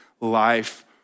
life